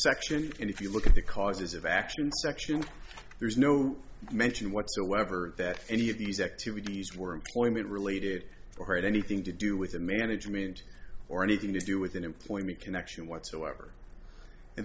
section and if you look at the causes of action section there's no mention whatsoever that any of these activities were employment related or had anything to do with the management or anything to do with an employment connection whatsoever and